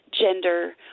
gender